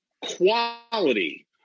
quality